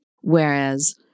Whereas